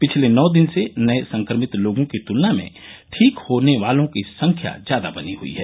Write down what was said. पिछले नौ दिन से नये संक्रमित लोगों की तुलना में ठीक होने वालों की संख्या ज्यादा बनी हुई है